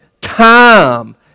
time